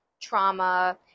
trauma